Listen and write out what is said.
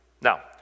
Now